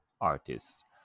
artists